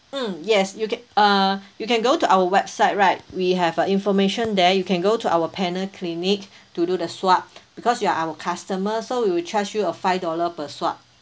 mm yes you can uh you can go to our website right we have a information there you can go to our panel clinic to do the swab because you are our customer so we will charge you a five dollar per swab